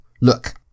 Look